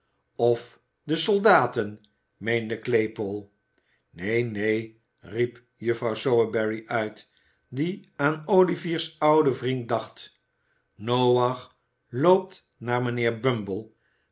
of de soldaten meende claypole neen neen riep juffrouw sowerberry uit die aan olivier's ouden vriend dacht noach loop naar mijnheer